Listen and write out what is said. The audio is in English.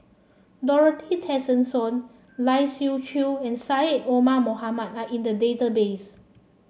Dorothy Tessensohn Lai Siu Chiu and Syed Omar Mohamed are in the database